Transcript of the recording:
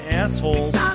assholes